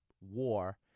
war